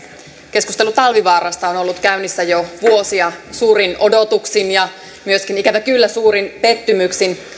keskustelu talvivaarasta on ollut käynnissä jo vuosia suurin odotuksin ja myöskin ikävä kyllä suurin pettymyksin